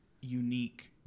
unique